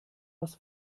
was